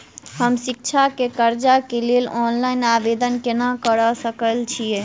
हम शिक्षा केँ कर्जा केँ लेल ऑनलाइन आवेदन केना करऽ सकल छीयै?